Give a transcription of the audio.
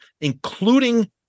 including